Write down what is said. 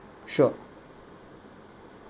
sure